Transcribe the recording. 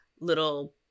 little